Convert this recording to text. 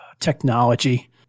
Technology